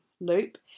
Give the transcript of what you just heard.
Loop